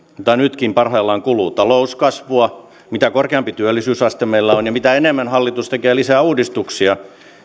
tai nytkin parhaillaan talouskasvua mitä korkeampi työllisyysaste meillä on ja mitä enemmän hallitus tekee lisää uudistuksia